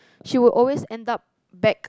she would always end up back